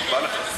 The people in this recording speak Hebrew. נשבע לך.